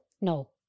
No